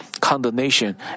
condemnation